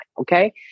Okay